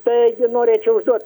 taigi norėčiau užduot